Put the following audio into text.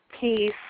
peace